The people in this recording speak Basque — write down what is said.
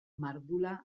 mardula